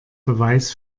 beweis